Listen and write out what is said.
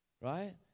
right